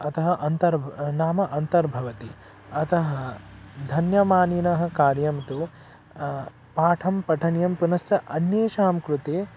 अतः अन्तर्ब् नाम अन्तर्भवति अतः धन्यमानिनः कार्यं तु पाठं पठनीयं पुनश्च अन्येषां कृते